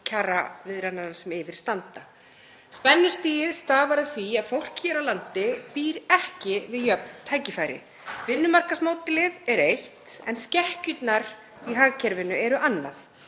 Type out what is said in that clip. kjaraviðræðnanna sem yfir standa. Spennustigið stafar af því að fólk hér á landi býr ekki við jöfn tækifæri. Vinnumarkaðsmódelið er eitt en skekkjurnar í hagkerfinu eru annað.